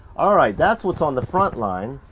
all right, that's what's on the frontline.